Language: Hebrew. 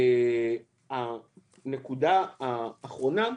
הנקודה האחרונה: